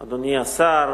תודה רבה, אדוני השר,